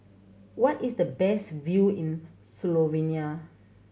what is the best view in Slovenia